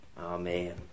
Amen